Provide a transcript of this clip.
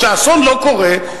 שהאסון לא קורה,